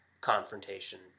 confrontation